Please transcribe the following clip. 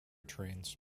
trains